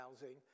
housing